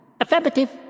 Affirmative